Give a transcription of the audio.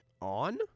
On